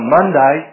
Monday